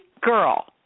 girl